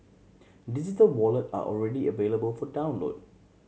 digital wallet are already available for download